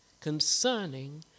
concerning